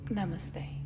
Namaste